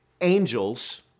angels